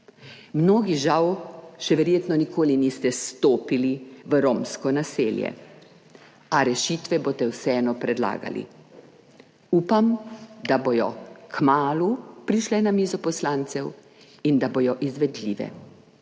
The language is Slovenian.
Mnogi, žal, še verjetno nikoli niste stopili v romsko naselje, a rešitve boste vseeno predlagali. Upam, da bodo kmalu prišle na mizo poslancev in da bodo izvedljive.